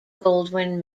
goldwyn